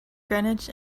greenwich